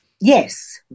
Yes